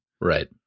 right